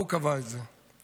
הוא קבע את זה,